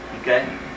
okay